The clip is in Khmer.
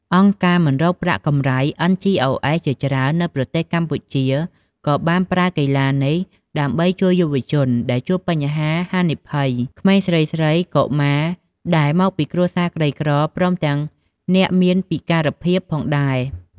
អង្គការមិនរកប្រាក់កម្រៃ NGOs ជាច្រើននៅប្រទេសកម្ពុជា ក៏បានប្រើកីឡានេះ ដើម្បីជួយយុវរជនដែលជួបហានិភ័យ ក្មេងស្រីៗ កុមារដែលមកពីគ្រួសារក្រីក្រ ព្រមទាំងអ្នកមានពិការភាពផងដែរ។